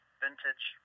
vintage